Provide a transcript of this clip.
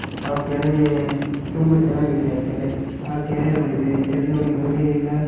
ಆ ಕೆರೆ ತುಂಬ ಚೆನ್ನಾಗಿದೆ ಆ ಕೆರೆ ಆ ಕೆರೆ ನೋಡಿದ್ವಿ ಚಂದ್ರಹೊಳೆ ಗುಹೆಯಿಂದ